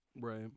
right